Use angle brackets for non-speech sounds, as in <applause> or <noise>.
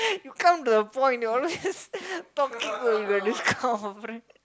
you come to the point you always talking about this kind of friend <laughs>